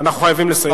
אנחנו חייבים לסיים.